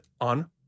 on